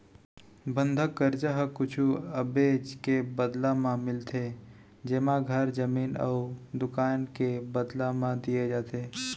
बंधक करजा ह कुछु अबेज के बदला म मिलथे जेमा घर, जमीन अउ दुकान के बदला म दिये जाथे